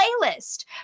playlist